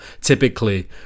typically